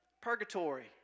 purgatory